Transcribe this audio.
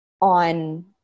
on